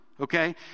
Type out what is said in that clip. okay